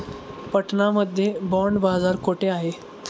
पटना मध्ये बॉंड बाजार कुठे आहे?